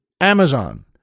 Amazon